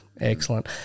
Excellent